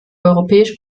europäische